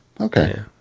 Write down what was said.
Okay